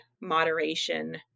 moderation